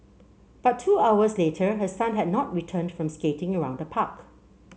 but two hours later her son had not returned from skating around the park